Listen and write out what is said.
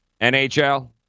NHL